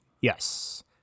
Yes